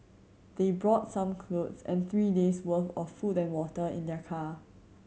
they brought some clothes and three days' worth of food and water in their car